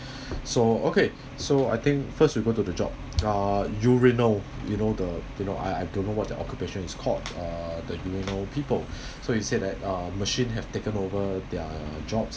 so okay so I think first we go to the job uh urinal you know the you know I I don't know what the occupation is called uh the urinal people so you said that uh machines have taken over their job